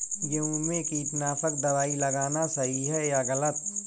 गेहूँ में कीटनाशक दबाई लगाना सही है या गलत?